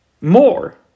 more